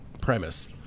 premise